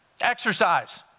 Exercise